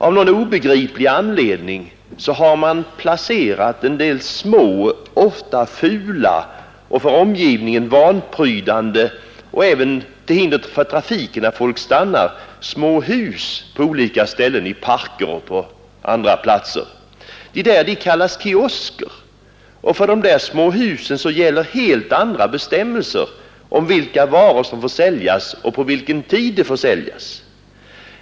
Av någon obegriplig anledning har man placerat en del små hus — ofta fula och för omgivningen vanprydande och även till hinder för trafiken, när folk stannar — i parker och på olika andra platser. De där små husen kallas kiosker, och för dem gäller helt andra bestämmelser om vilka varor som får säljas och vilken tid de får säljas.